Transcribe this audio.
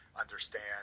understand